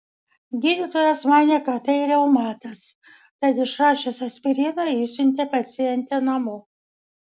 gydytojas manė kad tai reumatas tad išrašęs aspirino išsiuntė pacientę namo